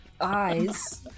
eyes